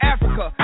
Africa